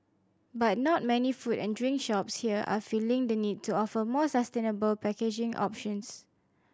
but not many food and drink shops here are feeling the need to offer more sustainable packaging options